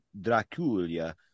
Dracula